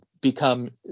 become